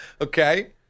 Okay